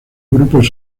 grupos